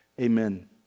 amen